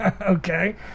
okay